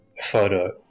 photo